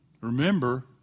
Remember